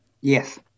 Yes